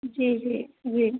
जी जी जी